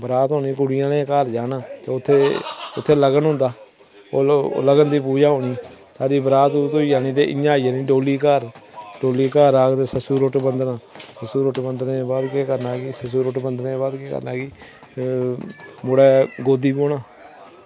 बारात होनी कुड़ियें आह्लें दे घर जाना ते उत्थे उत्थे लगन होंदा ओह् लगन दी पूजा होनी साढ़ी बरात बरुत होई जानी ते इं'या आई जानी डोली घर डोली घर आग ते सस्सु रुट्ट बंदना सस्सु रुट्ट बंदने दे बाद केह् करना कि मुढ़ै गोदी बोह्ना